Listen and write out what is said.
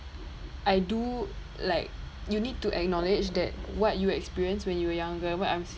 I do like you need to acknowledge that what you experienced when you were younger what I'm